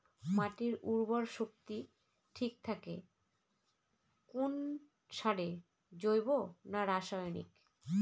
মাটির উর্বর শক্তি ঠিক থাকে কোন সারে জৈব না রাসায়নিক?